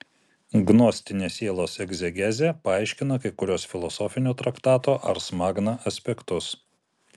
gnostinė sielos egzegezė paaiškina kai kuriuos filosofinio traktato ars magna aspektus